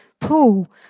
pool